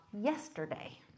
yesterday